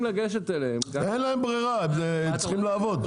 אין להם ברירה, הם צריכים לעבוד.